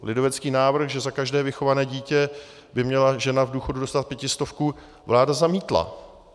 Lidovecký návrh, že za každé vychované dítě by měla žena v důchodu dostat pětistovku, vláda zamítla.